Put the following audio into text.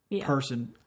person